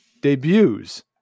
Debuts